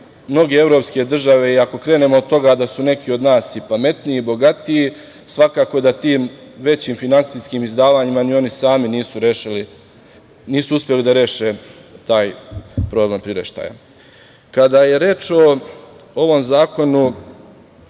mnoge evropske države i ako krenemo od toga da su neki od nas i pametniji i bogatiji, svakako da tim većim finansijskim izdvajanjima ni oni sami nisu rešili, nisu uspeli da reše taj problem priraštaja. Kada je reč o ovom zakonu